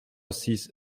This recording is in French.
six